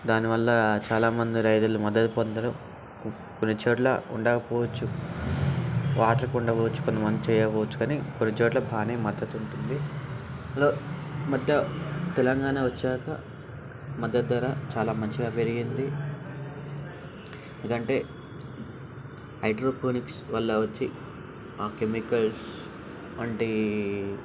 దానివల్ల చాలా మంది రైతులు మద్దతు పొందరు కొన్నిచోట్ల ఉండకపోవచ్చు వాటర్ ఉండవచ్చు కొంత మంది చేయకపోవచ్చు కానీ కొన్నిచోట్ల బాగానే మద్దతు ఉంటుంది అందులో ఈమధ్య తెలంగాణ వచ్చాక మద్దతు ధర చాలా మంచిగా పెరిగింది ఎందుకంటే హైడ్రోపోనిక్స్ వల్ల వచ్చి ఆ కెమికల్స్ అంటే